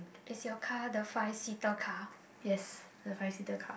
is your car the five seater car